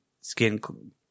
skin